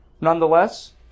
Nonetheless